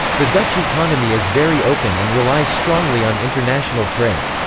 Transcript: the dutch economy is very open and relies strongly on international trade.